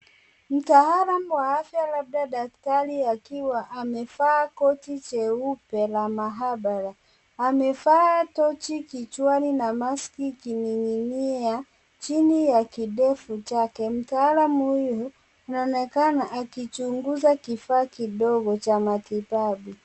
Mtaalamu wa afya labda daktari akiwa amevaa koti jeupe la maabara . Amevaa tochi kichwani na maski ikininginia chini ya kidevu chake. Mtaalamu huyu anaonekana akichunguza kifaa kidogo cha matibabu.